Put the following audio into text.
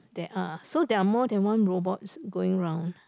there are so there're more than one robots going around